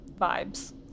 vibes